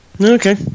Okay